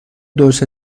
درست